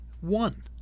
one